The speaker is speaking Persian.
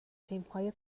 تیمهای